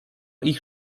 ich